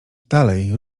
dalej